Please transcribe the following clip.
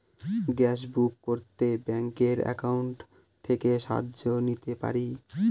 Gas book করতে ব্যাংকের account থেকে সাহায্য নিতে পারি?